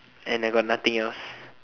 and I got nothing else